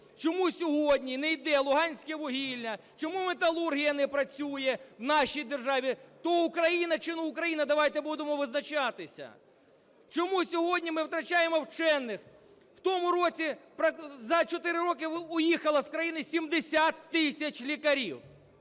Чому сьогодні не йде луганське вугілля? Чому металургія не працює в нашій державі? То Україна чи не Україна? Давайте будемо визначатися. Чому сьогодні ми втрачаємо вчених? В тому році… за 4 роки уїхало з країни 70 тисяч лікарів,